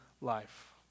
life